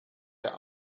der